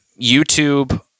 YouTube